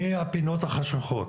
מהפינות החשוכות